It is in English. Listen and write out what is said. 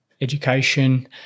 education